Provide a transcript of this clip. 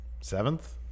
seventh